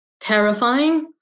terrifying